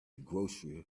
grocer